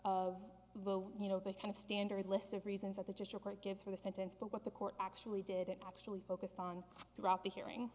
the you know the kind of standard list of reasons that the just report gives for the sentence but what the court actually did it actually focused on throughout the hearing